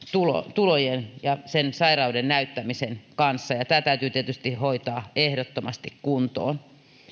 tulojen ja sen sairauden näyttämisen kanssa tämä täytyy tietysti hoitaa ehdottomasti kuntoon